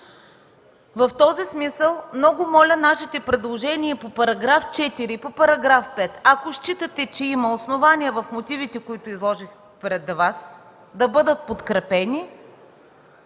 В този смисъл много моля нашите предложения и по § 4, и по § 5, ако считате, че има основание в мотивите, които изложих пред Вас, да бъдат подкрепени.